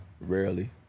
rarely